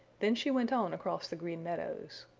then she went on across the green meadows.